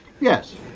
Yes